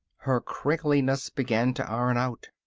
her crinkliness began to iron out.